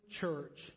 church